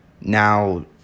Now